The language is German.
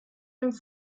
dem